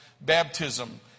baptism